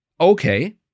Okay